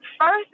First